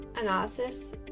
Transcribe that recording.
analysis